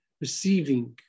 receiving